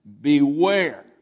beware